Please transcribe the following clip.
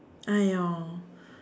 !aiyo!